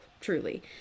truly